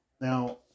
Now